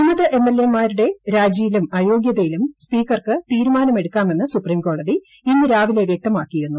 വിമത എംഎൽഎമാരുടെ രാജിയിലും അയോഗ്യതയിലും സ്പീക്കർക്ക് തീരുമാനെമെടുക്കാമെന്ന് സുപ്രീംകോടതി ഇന്ന് രാവിലെ വൃക്തമാക്കിയിരുന്നു